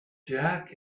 jack